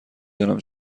دانم